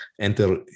enter